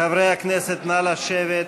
חברי הכנסת, נא לשבת.